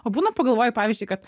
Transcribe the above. o būna pagalvoji pavyzdžiui kad